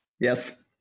Yes